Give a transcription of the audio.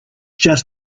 just